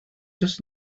just